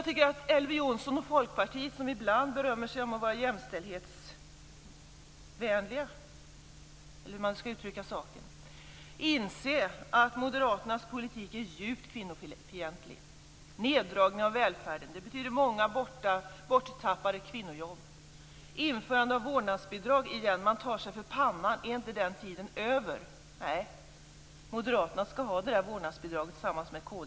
Elver Jonsson och Folkpartiet, som ibland berömmer sig av att vara jämställdhetsvänliga, borde inse att Moderaternas politik är djupt kvinnofientlig. En neddragning av välfärden betyder många borttappade kvinnojobb. De talar om att återigen införa ett vårdnadsbidrag - man tar sig för pannan. Är inte den tiden över? Nej, Moderaterna skall ha det där vårdnadsbidraget tillsammans med kd igen.